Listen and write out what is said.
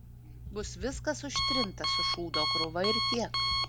bus viskas užtrinta su šūdo krūva ir tiek